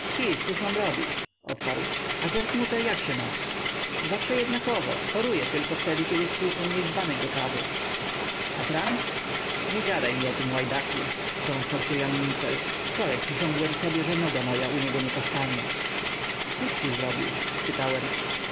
phi cóż mam robić odparł a grossmutter jak się ma zawsze jednakowo choruje tylko wtedy kiedy stłuką jej dzbanek do kawy a franc nie gadaj mi o tym łajdaku wstrząsnął się jan mincel wczoraj przysiągłem sobie że noga moja u niego nie postanie cóż ci zrobił spytałem